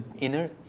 inner